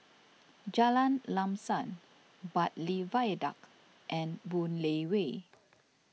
Jalan Lam Sam Bartley Viaduct and Boon Lay Way